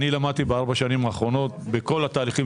אני למדתי בארבע השנים האחרונות בכל התהליכים